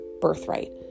birthright